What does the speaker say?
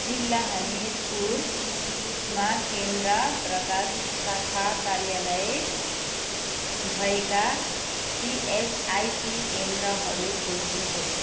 जिल्ला हमिरपुरमा केन्द्र प्रकार शाखा कार्यालय भएका इएसआइसी केन्द्रहरू खोज्नुहोस्